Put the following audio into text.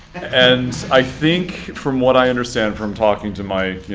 and i think from what i understand from talking to my, you